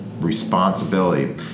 responsibility